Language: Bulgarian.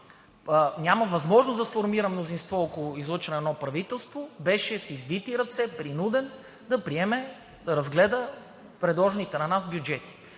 няма възможност да сформира мнозинство и да излъчи едно правителство – беше с извити ръце, принуден да приеме и разгледа предложените на нас бюджети.